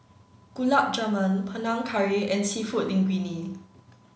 Gulab Jamun Panang Curry and Seafood Linguine